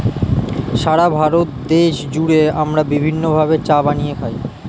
সারা ভারত দেশ জুড়ে আমরা বিভিন্ন ভাবে চা বানিয়ে খাই